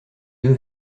deux